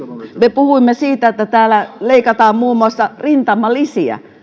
me puhuimme siitä että täällä leikataan muun muassa rintamalisiä